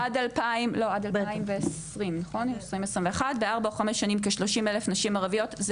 עד 2021. ארבע או חמש שנים כ-30 אלף נשים ערביות.